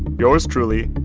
yours truly,